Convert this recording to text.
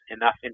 enough